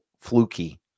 fluky